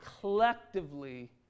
collectively